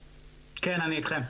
כן, אני אתכם.